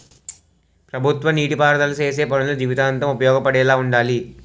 ప్రభుత్వ నీటి పారుదల సేసే పనులు జీవితాంతం ఉపయోగపడేలా వుండాలి